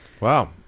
Wow